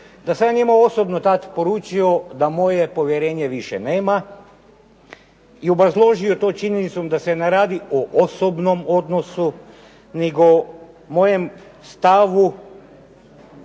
da sam ja njemu osobno tada poručio da moje povjerenje više nema i obrazložio to činjenicom da se ne radi o osobnom odnosu nego mojem stavu